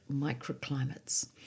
microclimates